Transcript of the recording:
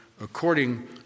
according